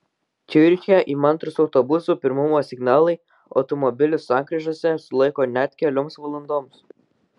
ciuriche įmantrūs autobusų pirmumo signalai automobilius sankryžose sulaiko net kelioms valandoms